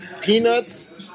peanuts